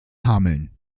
hameln